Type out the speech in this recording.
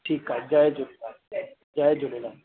ठीकु आहे जय झूलेलाल जय झूलेलाल